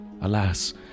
alas